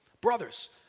brothers